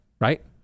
right